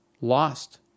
lost